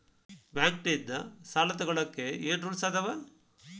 Bank ನಿಂದ್ ಸಾಲ ತೊಗೋಳಕ್ಕೆ ಏನ್ ರೂಲ್ಸ್ ಅದಾವ?